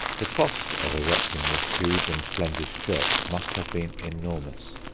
the cost of erecting this huge and splendid church must have been enormous.